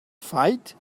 fight